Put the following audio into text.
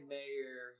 Mayor